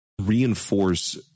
reinforce